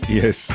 yes